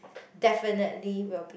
definitely will be